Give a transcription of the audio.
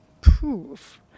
proof